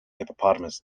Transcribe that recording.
hippopotamus